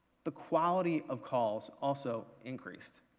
the quality of calls also increased.